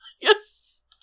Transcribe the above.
Yes